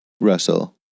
Russell